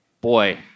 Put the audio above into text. Boy